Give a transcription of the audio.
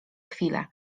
chwilę